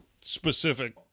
specific